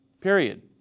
period